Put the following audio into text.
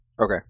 Okay